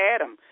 Adam